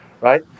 right